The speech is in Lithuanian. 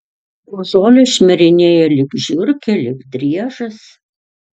po žolę šmirinėja lyg žiurkė lyg driežas